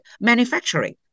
manufacturing